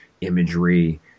imagery